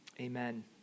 Amen